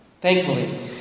Thankfully